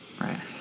Right